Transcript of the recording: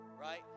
right